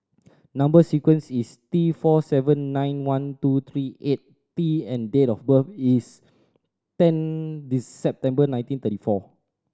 number sequence is T four seven nine one two three eight T and date of birth is ten September nineteen thirty four